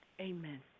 Amen